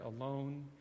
alone